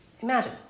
Imagine